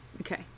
Okay